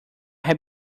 have